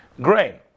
grain